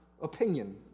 opinion